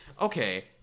Okay